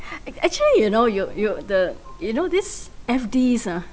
ac~ actually you know you you the you know these F_Ds ah